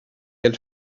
had